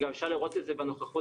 מביאים את העוצמה ואת החוסן של מערכת